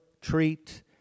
treat